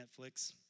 Netflix